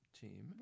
team